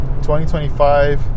2025